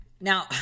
Now